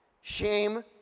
Shame